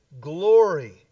glory